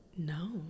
no